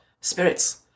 spirits